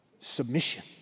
Submission